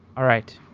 all right.